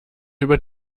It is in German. über